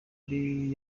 ari